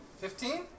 Fifteen